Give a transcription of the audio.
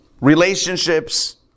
relationships